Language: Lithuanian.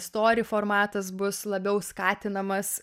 stori formatas bus labiau skatinamas